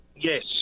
Yes